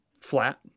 flat